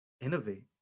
innovate